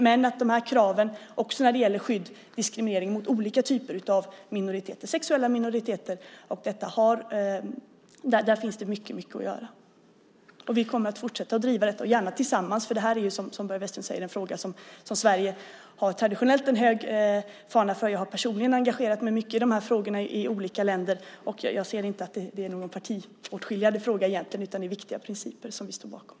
När det gäller kraven på skydd mot diskriminering för olika typer av minoriteter, sexuella och andra, finns det dock mycket att göra. Vi kommer att fortsätta att driva detta och gör det gärna tillsammans. Som Börje Vestlund säger är ju detta en fråga där Sverige traditionellt har hållit fanan högt. Jag har personligen engagerat mig mycket i de här frågorna i olika länder. Jag ser det egentligen inte som någon partiskiljande fråga, utan detta är viktiga principer som vi alla står bakom.